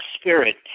spirit